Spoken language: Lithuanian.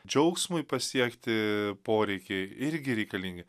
džiaugsmui pasiekti poreikiai irgi reikalingi